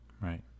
right